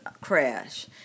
crash